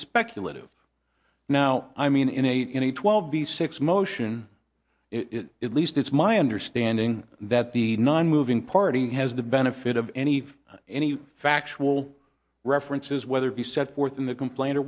speculative now i mean in a any twelve b six motion it least it's my understanding that the nonmoving party has the benefit of any any factual references whether be set forth in the complain